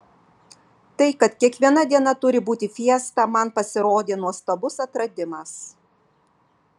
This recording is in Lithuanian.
tai kad kiekviena diena turi būti fiesta man pasirodė nuostabus atradimas